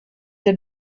der